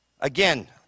Again